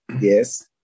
Yes